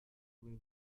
mãos